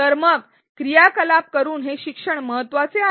तर मग क्रियाकलाप करून हे शिक्षण महत्त्वाचे का आहे